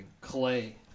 Clay